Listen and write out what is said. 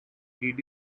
did